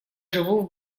живу